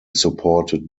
supported